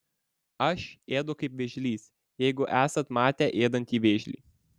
aš ėdu kaip vėžlys jeigu esat matę ėdantį vėžlį